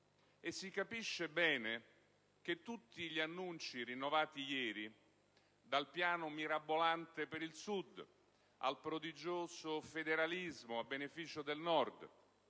e si capisce bene che tutti gli annunci rinnovati ieri - dal piano mirabolante per il Sud, al prodigioso federalismo a beneficio del Nord,